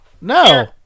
no